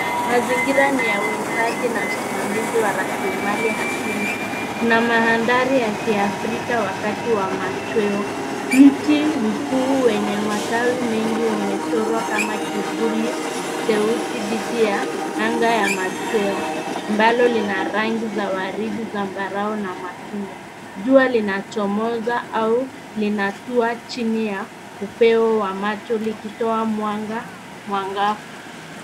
Mazingira ni ya uhifadhi na usimamizi wa rasilimali asili. Kuna mandhari ya Kiafrika wakati wa machweo. Mti mkuu wenye matawi mengi umechorwa kama kivuli cheusi dhidi ya anga ya machweo, ambalo lina rangi za waridi, zambarau na machungwa. Jua linachomoza au linatua chini ya upeo wa macho likitoa mwanga mwangavu .